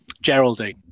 Geraldine